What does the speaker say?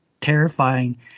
terrifying